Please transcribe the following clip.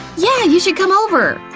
yeah, you should come over!